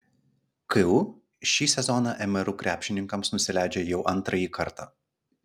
ku šį sezoną mru krepšininkams nusileidžia jau antrąjį kartą